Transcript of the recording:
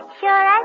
sure